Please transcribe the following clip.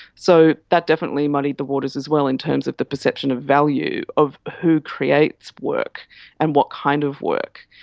so that definitely muddied the waters as well in terms of the perception of value of who creates work and what kind of work,